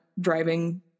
driving